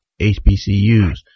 HBCUs